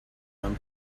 him